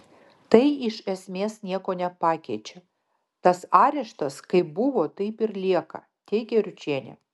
tai iš esmės nieko nepakeičia tas areštas kaip buvo taip ir lieka teigia ručienė